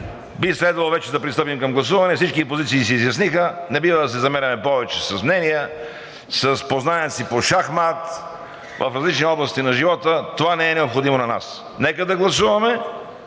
Би следвало вече да пристъпим към гласуване. Всички позиции се изясниха. Не бива да се замеряме повече с мнения, с познанията си по шахмат, в различни области на живота. Това не е необходимо на нас. Нека да гласуваме!